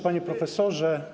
Panie Profesorze!